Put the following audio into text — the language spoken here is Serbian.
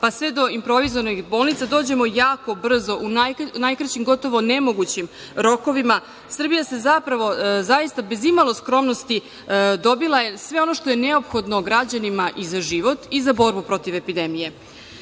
pa sve do improvizovanih bolnica, dođemo jako brzo, u najkraćem, gotovo nemogućim rokovima, Srbija je zapravo, zaista bez imalo skromnosti dobila sve ono što je neophodno građanima i za život i za borbu protiv epidemije. Gledali